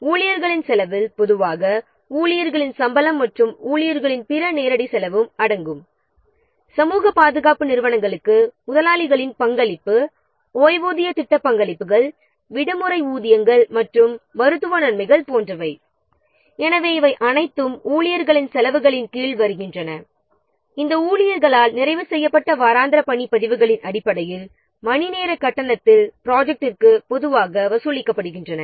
பொதுவாக ஊழியர்களின் செலவில் ஊழியர்களின் சம்பளம் மற்றும் ஊழியர்களின் பிற நேரடி செலவும் அடங்கும் இதில் சமூக பாதுகாப்பு நிறுவனங்களுக்கு முதலாளிகளின் பங்களிப்பு ஓய்வூதிய திட்ட பங்களிப்புகள் விடுமுறை ஊதியங்கள் மற்றும் மருத்துவ நன்மைகள் போன்றவை அடங்கும் எனவே இவை அனைத்தும் ஊழியர்களின் செலவுகளின் கீழ் வருகின்றன இந்த கட்டணங்கள் பொதுவாக வாராந்திர வேலை பதிவுகளின் அடிப்படையில் ஒரு மணிநேரத்தில் இந்த ஊழியர்களால் முடிக்கப்பட்ட பணிக்கு வசூலிக்கப்படுகின்றன